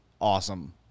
awesome